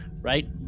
Right